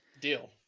Deal